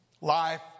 life